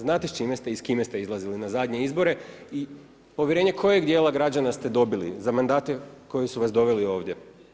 Znate s čime ste i s kime ste izlazili na zadnje izbore i povjerenje kojeg dijela građana ste dobili za mandate koji su vas doveli ovdje.